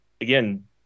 again